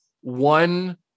one